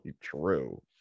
true